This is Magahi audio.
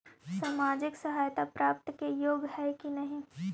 सामाजिक सहायता प्राप्त के योग्य हई कि नहीं?